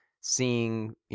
seeing